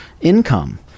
income